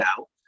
out